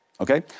okay